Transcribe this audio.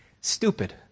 stupid